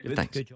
Thanks